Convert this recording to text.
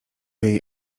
jej